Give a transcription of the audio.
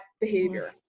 behavior